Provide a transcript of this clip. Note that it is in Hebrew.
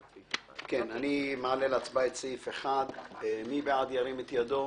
אני מעלה להצבעה את סעיף 1. מי בעד, ירים את ידו.